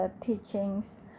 teachings